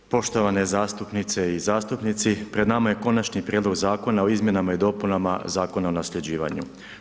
Poštovane zastupnice i zastupnici, pred nama je konačni prijedlog Zakona o izmjenama i dopunama Zakona o nasljeđivanju.